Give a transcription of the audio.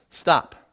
Stop